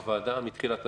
הוועדה מתחילה הדרך,